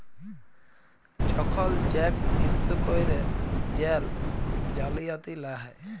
যখল cheque issue ক্যইরে jail জালিয়াতি লা হ্যয়